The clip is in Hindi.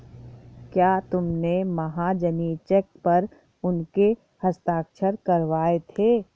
क्या तुमने महाजनी चेक पर उसके हस्ताक्षर करवाए थे?